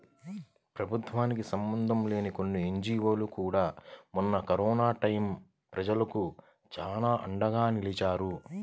ప్రభుత్వానికి సంబంధం లేని కొన్ని ఎన్జీవోలు కూడా మొన్న కరోనా టైయ్యం ప్రజలకు చానా అండగా నిలిచాయి